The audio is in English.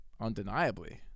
undeniably